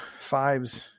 fives